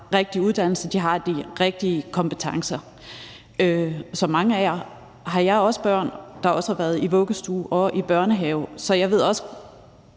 den rigtige uddannelse og de rigtige kompetencer. Som mange af jer har jeg også børn, der har været i vuggestue og i børnehave, så jeg ved også,